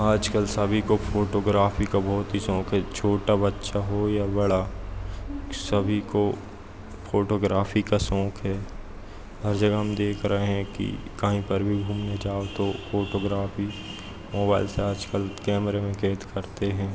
आजकल सभी को फोटोग्राफी का बहुत ही शौक है छोटा बच्चा हो या बड़ा सभी को फोटोग्राफी का शौक है हर जगह हम देख रहे हैं कि कहीं पर भी घूमने जाओ तो फोटोग्राफी मोबाइल से आजकल कैमरे में कैद करते हैं